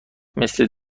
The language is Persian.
مثل